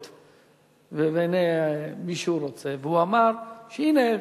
התקשורת ובעיני מי שהוא רוצה, והוא אמר, שהנה,